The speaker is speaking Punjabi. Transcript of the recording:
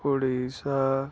ਉੜੀਸਾ